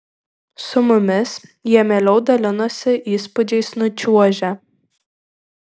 su mumis jie mieliau dalinosi įspūdžiais nučiuožę